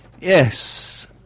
Yes